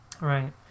right